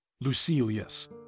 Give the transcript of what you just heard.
Lucilius